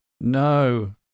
No